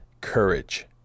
courage